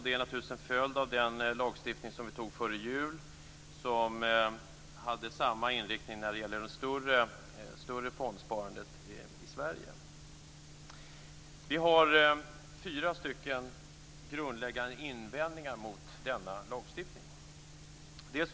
Det är naturligtvis en följd av den lagstiftning som vi beslutade om före jul som hade samma inriktning när det gäller det större fondsparandet i Sverige. Vi har fyra stycken grundläggande invändningar mot denna lagstiftning.